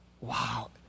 Wow